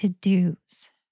to-dos